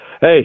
Hey